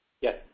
Yes